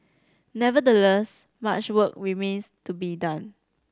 nevertheless much work remains to be done